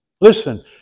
Listen